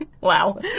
wow